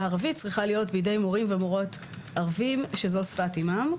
הערבית צריכה להיות על ידי מורות ומורים ערבים שזו שפת אימם,